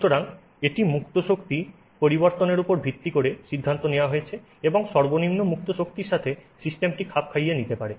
সুতরাং এটি মুক্ত শক্তি পরিবর্তনের উপর ভিত্তি করে সিদ্ধান্ত নেওয়া হয়েছে এবং সর্বনিম্ন মুক্ত শক্তির সাথে সিস্টেমটি খাপ খাইয়ে নিতে পারে